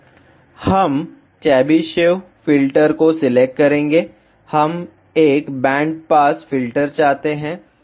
vlcsnap 2018 09 20 15h01m33s734 हम Chebyshev filter को select करेंगे हम एक बैंड पास फ़िल्टर चाहते हैं